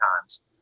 times